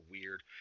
weird